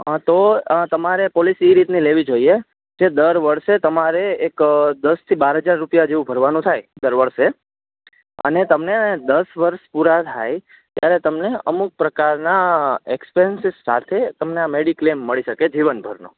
હ તો તમારે પોલિસી ઇ રીતની લેવી જોઈએ જે દર વર્ષે તમારે એક દસથી બાર હજાર રૂપિયા જેવુ ભરવાનું થાય દરવર્ષે અને તમને દસ વર્ષ પૂરા થાય ત્યારે તમને અમુક પ્રકારના એક્સપેનસિસ સાથે તમને આ મેડી ક્લેમ મળી શકે જીવન ભરનો